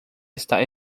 está